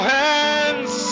hands